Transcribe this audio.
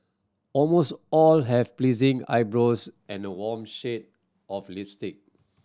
almost all have pleasing eyebrows and a warm shade of lipstick